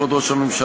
כבוד ראש הממשלה,